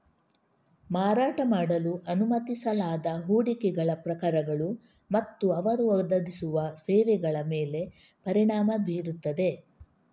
ಮಾರಾಟ ಮಾಡಲು ಅನುಮತಿಸಲಾದ ಹೂಡಿಕೆಗಳ ಪ್ರಕಾರಗಳು ಮತ್ತು ಅವರು ಒದಗಿಸುವ ಸೇವೆಗಳ ಮೇಲೆ ಪರಿಣಾಮ ಬೀರುತ್ತದೆ